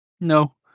No